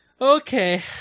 okay